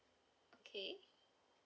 okay